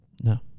No